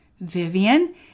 Vivian